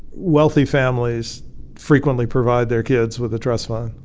wealthy families frequently provide their kids with a trust fund.